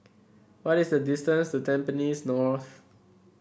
what is the distance to Tampines North